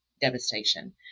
devastation